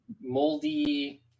moldy